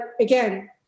again